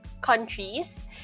countries